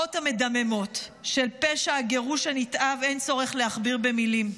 התוצאות המדממות של פשע הגירוש הנתעב אין צורך להכביר במילים.